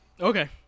Okay